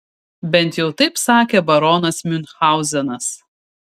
bent jau taip sakė baronas miunchauzenas